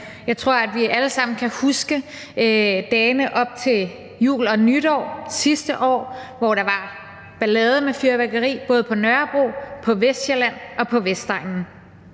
Jeg tror, vi alle sammen kan huske dagene op til jul og nytår sidste år, hvor der var ballade med fyrværkeri på Nørrebro, på Vestsjælland og på Vestegnen.